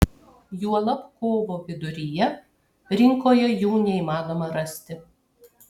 juolab kovo viduryje rinkoje jų neįmanoma rasti